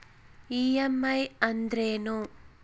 EMI ಅಂದ್ರೇನು?